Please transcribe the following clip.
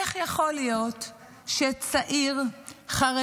איך יכול להיות שצעיר חרדי,